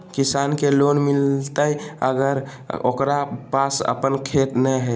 किसान के लोन मिलताय अगर ओकरा पास अपन खेत नय है?